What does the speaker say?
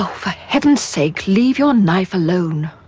for heaven's sake, leave your knife alone.